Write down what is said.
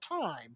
time